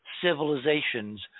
civilizations